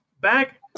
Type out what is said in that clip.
back